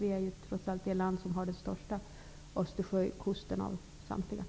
Sverige är trots allt det land av samtliga länder kring Östersjön som har den längsta